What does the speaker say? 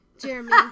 Jeremy